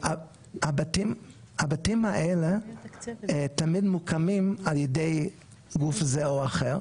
הבתים האלה תמיד מוקמים על ידי גוף זה או אחר,